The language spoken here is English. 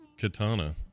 Katana